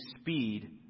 speed